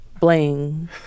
bling